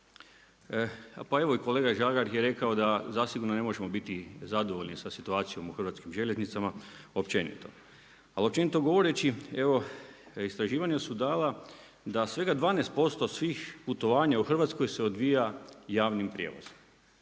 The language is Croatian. pa evo, i kolega Žagar je rekao da zasigurno ne možemo biti zadovoljni sa situacijom u hrvatskim željeznicama, općenito, ali općenito govoreći evo istraživanja su dala da svega 12% svih putovanja u Hrvatskoj se odvija javnim prijevozom.